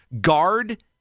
guard